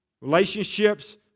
Relationships